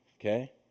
okay